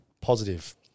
positive